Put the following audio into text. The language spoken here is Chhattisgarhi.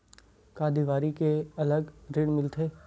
का देवारी के अलग ऋण मिलथे?